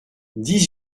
dix